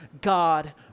God